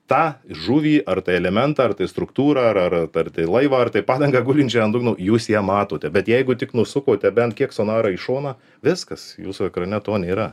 tą žuvį ar tą elementą ar tai struktūrą ar ar dar tai laivą ar tai padangą gulinčią ant dugno jūs ją matote bet jeigu tik nusukote bent kiek sonarą į šoną viskas jūsų ekrane to nėra